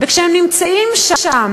וכשהם נמצאים שם